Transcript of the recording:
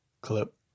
clip